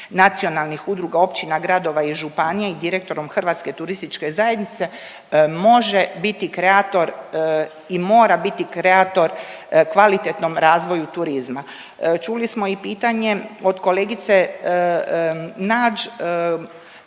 nacionalnih udruga općina, gradova i županija i direktorom Hrvatske turističke zajednice može biti kreator i mora biti kreator kvalitetnom razvoju turizma. Čuli smo i pitanje od kolegice Nađ